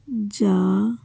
ਜਾਂ